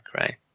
right